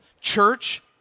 church